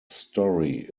story